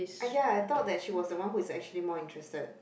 ah ya I thought that she was the one who's actually more interested